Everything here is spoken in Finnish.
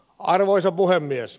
arvoisa puhemies